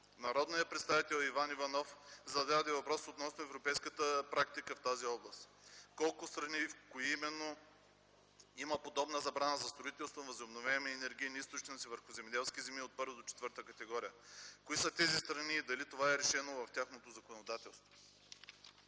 Народният представител Иван Иванов зададе въпрос относно европейската практика в тази област, в колко страни и в кои именно има подобна забрана за строителство на възобновяеми енергийни източници върху земеделски земи от първа до четвърта категория, кои са тези страни и дали това е решено в тяхното законодателство?